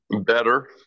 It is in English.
better